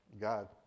God